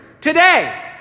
Today